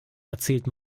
erzählt